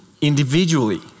individually